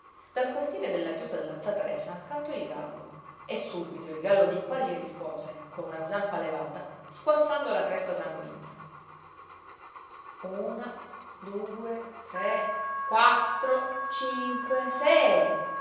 dal cortile della chiusa della z tresa cantò il gallo e subito il gallo di qua gli rispose con una zampa levata squassando la cresta sanguigna una due tre quattro cinque sei